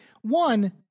one